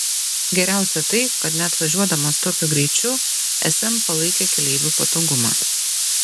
geriausia tai kad net važiuodamas tokiu greičiu sm palaikė keleivių patogumą